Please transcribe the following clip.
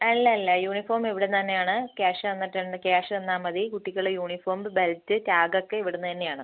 അല്ലല്ല യൂണിഫോം ഇവിടെ നിന്ന് തന്നെയാണ് ക്യാഷ് തന്നിട്ടുണ്ട് ക്യാഷ് തന്നാൽമതി കുട്ടിക്കുള്ള യൂണിഫോം ബെൽറ്റ് ടാഗ് ഒക്കെ ഇവിടെ നിന്ന് തന്നെയാണ്